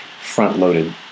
front-loaded